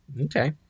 Okay